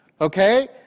okay